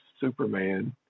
Superman